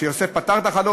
כשיוסף פתר את החלום,